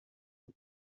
uko